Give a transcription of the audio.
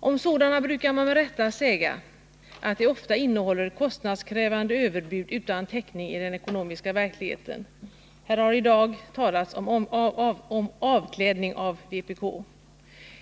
Om sådana brukar man med rätta säga att de ofta innehåller kostnadskrävande överbud utan täckning i den ekonomiska verkligheten. Här har i dag talats om avklädning av vpk.